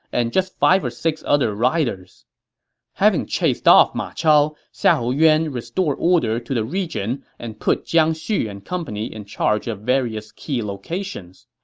and five or six other riders having chased off ma chao, xiahou yuan restored order to the region and put jiang xu and company in charge of various key locations.